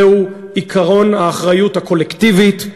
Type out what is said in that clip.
זהו עקרון האחריות הקולקטיבית,